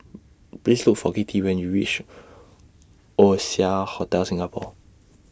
Please Look For Kitty when YOU REACH Oasia Hotel Singapore